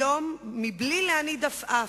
היום, בלי להניד עפעף,